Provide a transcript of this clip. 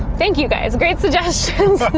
thank you guys, great suggestions. and